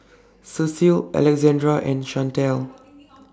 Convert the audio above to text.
Ceil Alexandra and Shantel